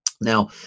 Now